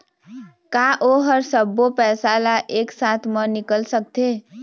का ओ हर सब्बो पैसा ला एक साथ म निकल सकथे?